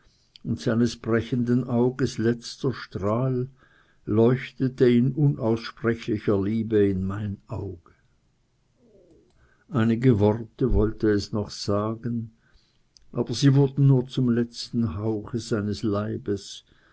seines brechenden auges letzter strahl leuchtete in unaussprechlicher liebe in mein auge einige worte wollte es noch sagen aber sie wurden nur zu seines leibes